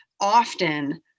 often